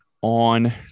On